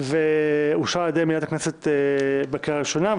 ואושרה על ידי מליאת הכנסת בקריאה הראשונה.